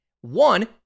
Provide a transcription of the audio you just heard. One